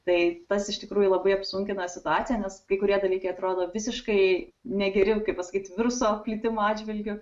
tai tas iš tikrųjų labai apsunkina situaciją nes kai kurie dalykai atrodo visiškai negeri kaip pasakyt viruso plitimo atžvilgiu